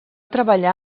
treballar